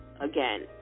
again